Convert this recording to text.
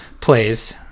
plays